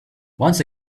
once